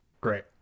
Great